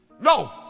No